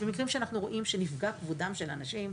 במקרים שאנחנו רואים שנפגע כבודם של אנשים,